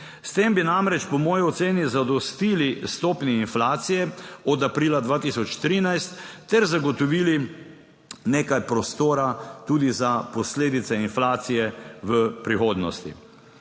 S tem bi namreč po moji oceni zadostili stopnji inflacije od aprila 2013 ter zagotovili nekaj prostora tudi za posledice inflacije v prihodnosti.